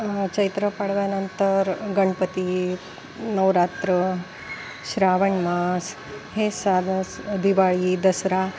चैत्र पाडव्यानंतर गणपती नवरात्र श्रावण मास हे साधं दिवाळी दसरा